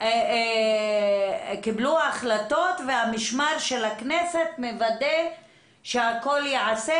קיבלו החלטות והמשמר של הכנסת מוודא שהכול ייעשה,